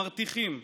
מרתיחים,